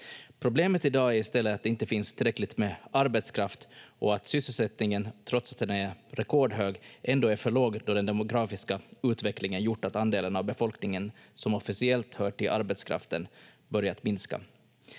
Problemet i dag är i stället att det inte finns tillräckligt med arbetskraft och att sysselsättningen, trots att den är rekordhög, ändå är för låg då den demografiska utvecklingen gjort att andelen av befolkningen som officiellt hör till arbetskraften börjat minska.